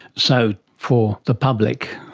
so for the public,